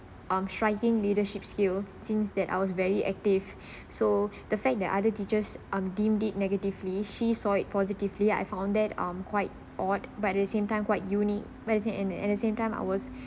um striking leadership skills since that I was very active so the fact that other teachers um deemed it negatively she saw it positively I found that um quite odd but at the same time quite unique and at the same time I was